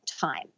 time